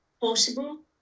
possible